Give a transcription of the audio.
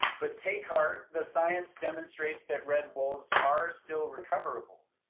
but take heart the science demonstrates that red wolves are still recoverable.